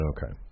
Okay